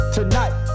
Tonight